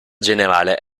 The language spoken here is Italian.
generale